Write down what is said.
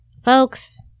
folks